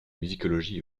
musicologie